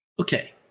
Okay